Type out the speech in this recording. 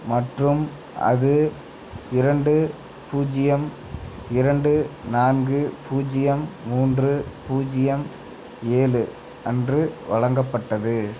மற்றும் அது இரண்டு பூஜ்ஜியம் இரண்டு நான்கு பூஜ்ஜியம் மூன்று பூஜ்ஜியம் ஏழு அன்று வழங்கப்பட்டது